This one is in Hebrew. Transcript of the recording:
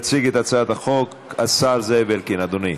התשע"ט 2018, עברה בקריאה ראשונה,